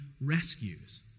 rescues